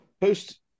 Post